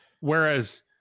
whereas